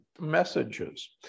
messages